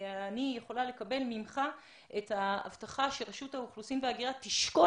אני יכולה לקבל ממך את ההבטחה שרשות האוכלוסין וההגירה תשקול